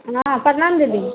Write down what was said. प्रणा प्रणाम दीदी